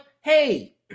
hey